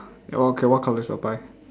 what col~ what colour is your pie